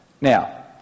Now